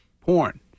porn